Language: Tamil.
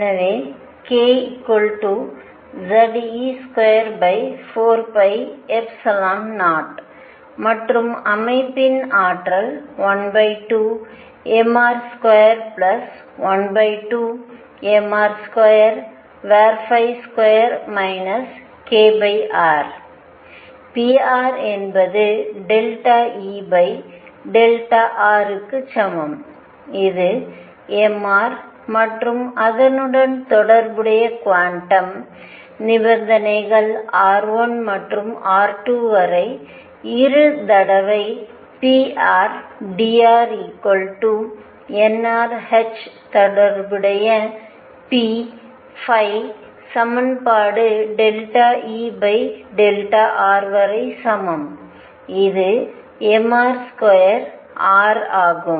எனவே k Ze24π0 மற்றும் அமைப்பின் ஆற்றல் 12mr212mr22 kr pr என்பது∂E∂r க்கு சமம் இது mṙ மற்றும் அதனுடன் தொடர்புடைய குவாண்டம் நிபந்தனைகள் r1 முதல் r2 வரை 2 தடவை prdr nrh தொடர்புடைய p சமன்பாடு ∂E ∂r வரை சமம் இது mr2r ஆகும்